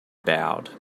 bowed